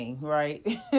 right